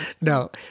No